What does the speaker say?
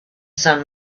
sun